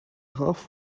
half